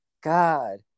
God